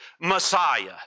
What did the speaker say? Messiah